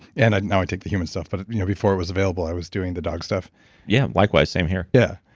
and now i take the human stuff. but you know before it was available, i was doing the dog stuff yeah, likewise. same here yeah.